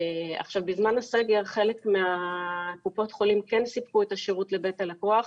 בזמן הסגר חלק מקופות החולים כן סיפקו את השירות לבית הלקוח.